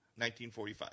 1945